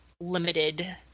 limited